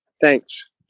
Thanks